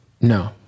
No